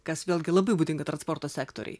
kas vėlgi labiau būdinga transporto sektoriui